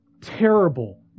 terrible